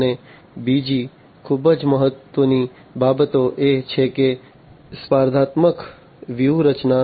અને બીજી ખૂબ મહત્વની બાબત એ છે કે સ્પર્ધાત્મક વ્યૂહરચના